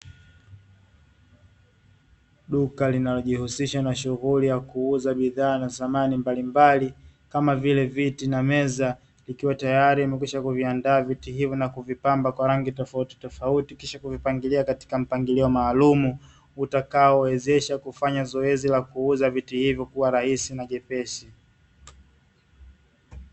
Duka linalojihusisha na shughuli ya kuuza bidhaa na samani mbalimbali kama vile viti na meza, likiwa tayari limekwisha kuviandaa vitu hivyo na kuvipamba kwa rangi tofautitofauti kisha kuvipangilia katika mpangilio maalumu, utakaowezesha kufanya zoezi la kuuza viti hivyo kuwa rahisi na jepesi.